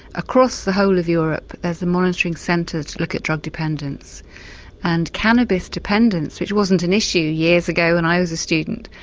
across the whole of europe there's a monitoring centre to look at drug dependence and cannabis dependence which wasn't an issue years ago when i was a student,